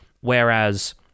whereas